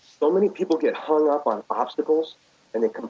so many people get hung up on obstacles and they